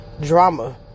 Drama